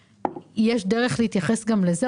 יש דרך להתייחס גם לזה?